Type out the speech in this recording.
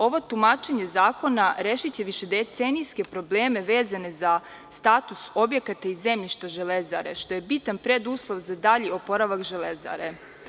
Ovo tumačenje zakonarešiće višedecenijske probleme vezane za status objekata i zemljišta Železare, što je bitan preduslov za dalji oporavak „Železare“